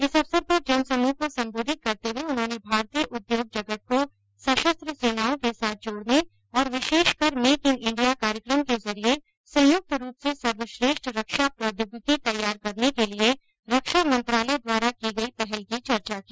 इस अवसर पर जेनसमूह को संबोधित करते हुए उन्होंने भारतीय उद्योग जगत को सशस्त्र सेनाओं के साथ जोड़ने और विशेषकर मेक इन इंडिया कार्यक्रम के जरिए संयुक्त रूप से सर्वश्रेष्ठ रक्षा प्रौद्योगिकी तैयार करने के लिए रक्षा मंत्रालय द्वारा की गई पहल की चर्चा की